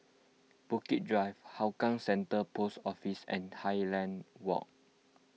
Bukit Drive Hougang Center Post Office and Highland Walk